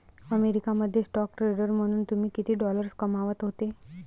America मध्ये stock trader म्हणून तुम्ही किती डॉलर्स कमावत होते